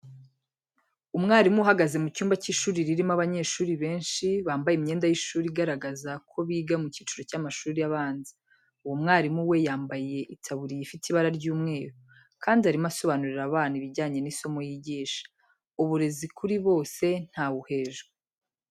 Umwarimu uhagaze mu cyumba cy'ishuri ririmo abanyeshuri benshi, bambaye imyenda y'ishuri igaragaza ko biga mu cyiciro cy'amashuri abanza, uwo mwarimu we yambaye itaburiya ifite ibara ry'umweru, kandi arimo asobanurira abana ibijyanye n'isomo yigisha. Uburezi kuri bose nta we uhejwe.